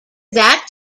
that